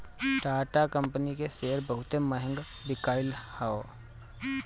Tata company के शेयर बहुते महंग बिकाईल हअ